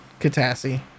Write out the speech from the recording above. Katassi